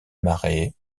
marais